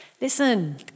listen